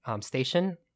station